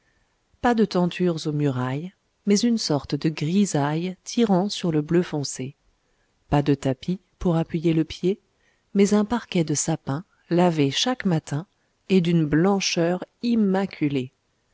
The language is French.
pas de tentures aux murailles mais une sorte de grisaille tirant sur le bleu foncé pas de tapis pour appuyer le pied mais un parquet de sapin lavé chaque matin et d'une blancheur immaculée